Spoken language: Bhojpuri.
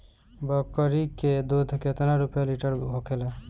बकड़ी के दूध केतना रुपया लीटर होखेला?